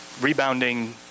rebounding